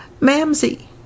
Mamsie